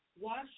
Wash